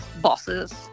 bosses